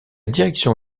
direction